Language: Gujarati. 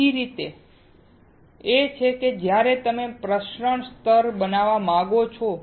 બીજી રીત એ છે કે જ્યારે તમે પ્રસરણ સ્તર બનાવવા માંગો છો